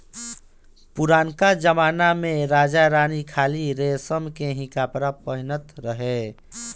पुरनका जमना में राजा रानी खाली रेशम के ही कपड़ा पहिनत रहे